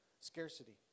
scarcity